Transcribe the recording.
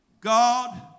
God